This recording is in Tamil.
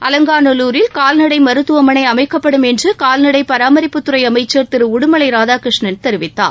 அலங்காநல்லூரில் கால்நடை மருத்துவமனை அமைக்கப்படும் என்று கால்நடை பராமரிப்புத்துறை அமைச்சர் திரு உடுமலை ராதாகிருஷ்ணன் தெரிவித்தார்